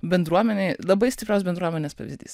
bendruomenei labai stiprios bendruomenės pavyzdys